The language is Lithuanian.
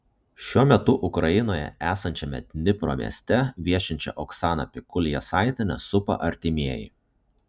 šiuo metu ukrainoje esančiame dnipro mieste viešinčią oksaną pikul jasaitienę supa artimieji